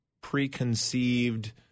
preconceived